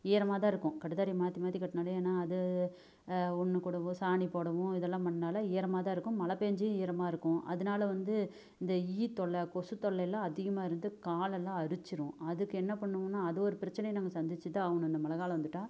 ஈரமாக தான் இருக்கும் கட்டுத்தரையை மாற்றி மாற்றி கட்டினாலே ஏன்னால் அது ஒண்ணுக்குடவும் சாணி போடவும் இதெல்லாம் பண்ணாலே ஈரமாக தான் இருக்கும் மழை பேஞ்சு ஈரமாக இருக்கும் அதனால வந்து இந்த ஈ தொல்லை கொசு தொல்லைலாம் அதிகமாக இருந்து காலெலாம் அரிச்சிடும் அதுக்கு என்ன பண்ணுவோனால் அது ஒரு பிரச்சனையை நாங்கள் சந்திச்சு தான் ஆகணும் இந்த மழை காலம் வந்துட்டால்